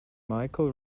michael